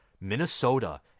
Minnesota